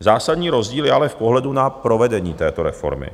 Zásadní rozdíl je ale v pohledu na provedení této reformy.